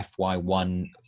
FY1